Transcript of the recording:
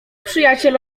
przyjaciel